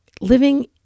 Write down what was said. living